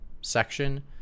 section